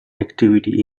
activity